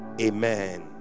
Amen